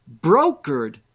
brokered